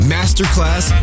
Masterclass